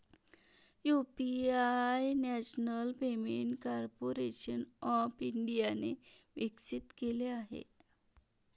UPI national payment corporation of इंडियाने विकसित केले आहे